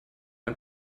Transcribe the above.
ein